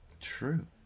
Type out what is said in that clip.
True